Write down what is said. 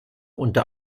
unter